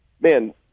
man